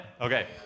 Okay